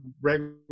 regular